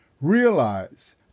Realize